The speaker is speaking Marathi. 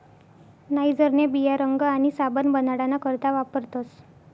नाइजरन्या बिया रंग आणि साबण बनाडाना करता वापरतस